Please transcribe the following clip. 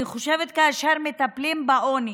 אני חושבת שכאשר מטפלים בעוני